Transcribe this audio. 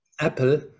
Apple